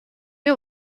met